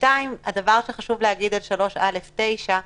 סעיף 3(א)(9)